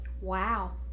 Wow